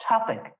topic